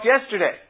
yesterday